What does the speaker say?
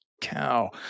cow